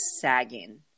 sagging